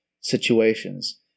situations